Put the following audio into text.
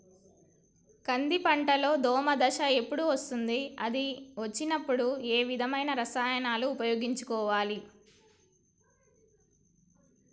కంది పంటలో దోమ దశ ఎప్పుడు వస్తుంది అది వచ్చినప్పుడు ఏ విధమైన రసాయనాలు ఉపయోగించాలి?